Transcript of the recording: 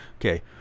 Okay